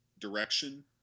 direction